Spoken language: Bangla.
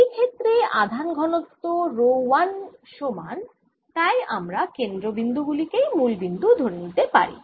এই ক্ষেত্রে আধান ঘনত্ব রো 1 সমান তাই আমরা কেন্দ্র বিন্দু কেই মূল বিন্দু ধরে নিতে পারি